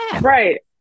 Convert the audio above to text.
Right